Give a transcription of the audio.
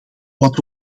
wat